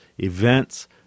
events